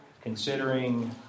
considering